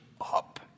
up